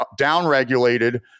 downregulated